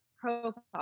profile